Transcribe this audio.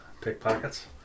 pickpockets